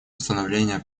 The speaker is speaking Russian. установления